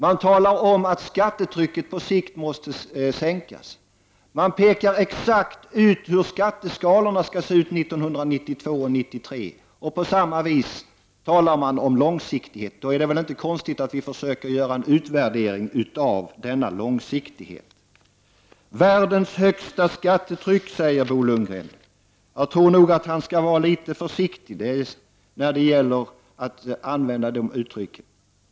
Man säger att skattetrycket på sikt måste sänkas, och man pekar exakt ut hur skatteskalorna skall se ut 1992 och 1993. Man talar om långsiktighet, och då är det inte konstigt att vi försöker göra en utvärdering av denna långsiktighet. Sverige har världens högsta skattetryck, säger Bo Lundgren. Jag tror att han bör vara litet försiktig med att använda sådana uttryck.